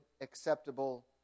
acceptable